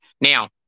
Now